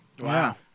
Wow